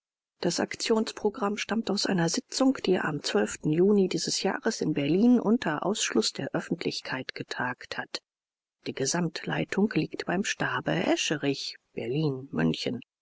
das aktionsprogramm stammt aus einer sitzung die am juni dieses jahres in berlin unter ausschluß der öffentlichkeit getagt hat die gesamtleitung liegt beim stabe escherich berlinmünchen